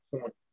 point